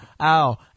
ow